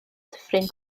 dyffryn